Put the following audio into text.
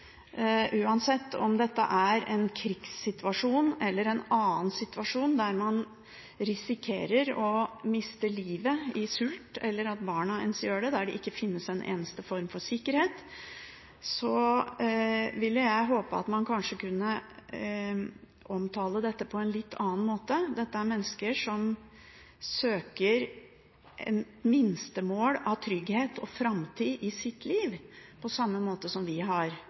Uansett om dette er en krigssituasjon eller en annen situasjon der man risikerer å miste livet av sult, eller at barna gjør det, der det ikke finnes en eneste form for sikkerhet, ville jeg håpet at man kanskje kunne omtale dette på en litt annen måte. Dette er mennesker som søker et minstemål av trygghet og framtid i sitt liv, på samme måte som vi har.